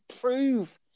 prove